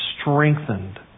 strengthened